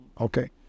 okay